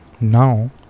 Now